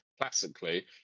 Classically